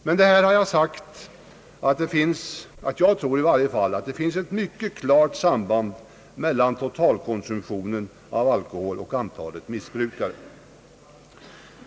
Med detta har jag velat säga att 1 varje fall jag tror att det finns ett mycket klart samband mellan totalkonsumtionen av alkohol och antalet missbrukare.